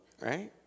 right